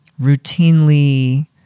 routinely